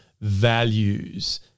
values